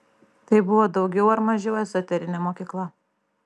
tai buvo daugiau ar mažiau ezoterinė mokykla